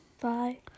bye